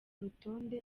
rutonde